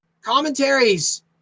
commentaries